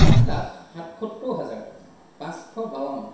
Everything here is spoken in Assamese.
সাত লাখ সাতসত্তৰ হেজাৰ পাঁচশ বাৱন্ন